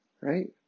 Right